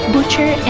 Butcher